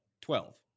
Twelve